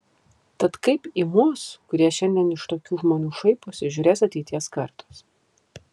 tad kaip į mus kurie šiandien iš tokių žmonių šaiposi žiūrės ateities kartos